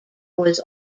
was